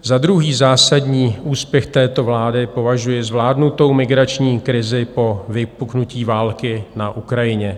Za druhý zásadní úspěch této vlády považuji zvládnutou migrační krizi po vypuknutí války na Ukrajině.